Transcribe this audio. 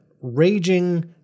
raging